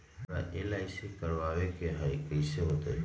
हमरा एल.आई.सी करवावे के हई कैसे होतई?